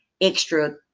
extra